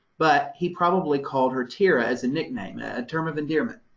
but he probably called her tira as a nickname, ah a term of endearment.